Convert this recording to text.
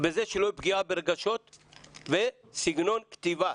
בזה שלא תהיה פגיעה ברגשות וסגנון כתיבה,